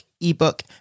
ebook